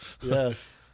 Yes